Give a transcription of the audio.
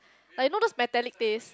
like you know those metallic taste